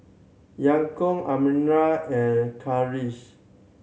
Yaakob Amirah and Khalish